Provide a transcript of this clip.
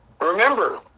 Remember